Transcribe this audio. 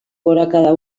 gorakada